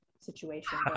situation